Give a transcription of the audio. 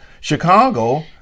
Chicago